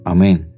Amen